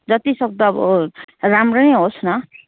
जति सक्दो अब राम्रो नै होस् न